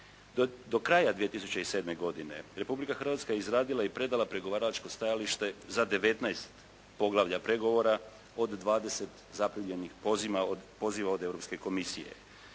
Do kraja 2007. godine Republika Hrvatske je izradila i predala pregovaračko stajalište za 19 poglavlja od 20 zaprimljenih poziva od Europske komisije.